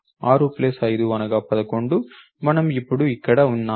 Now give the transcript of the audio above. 6 plus 5 అనగా 11 మనము ఇప్పుడు ఇక్కడ ఉన్నాము